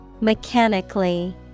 Mechanically